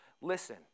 listen